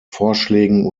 vorschlägen